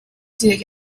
dig